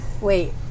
Wait